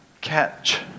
catch